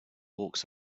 walks